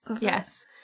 yes